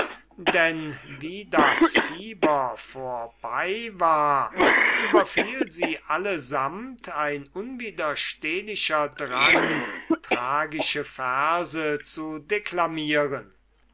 denn wie das fieber vorbei war überfiel sie allesamt ein unwiderstehlicher drang tragische verse zu declamieren